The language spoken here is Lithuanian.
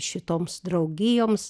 šitoms draugijoms